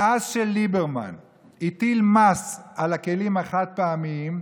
מאז שליברמן הטיל מס על הכלים החד-פעמיים,